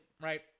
right